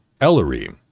Ellery